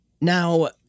Now